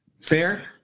Fair